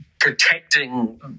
protecting